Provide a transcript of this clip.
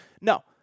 no